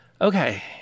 okay